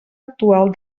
actual